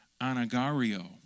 anagario